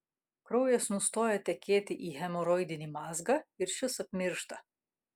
kraujas nustoja tekėti į hemoroidinį mazgą ir šis apmiršta